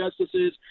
justices